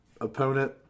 opponent